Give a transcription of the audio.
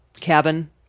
cabin